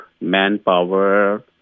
manpower